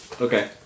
Okay